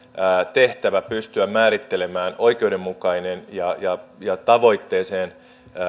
tehtävä pystyä määrittelemään oikeudenmukainen ja tavoitteeseen